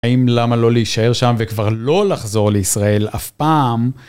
האם למה לא להישאר שם, וכבר לא לחזור לישראל אף פעם?